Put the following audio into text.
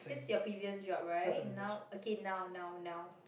it's your previous job right now okay now now now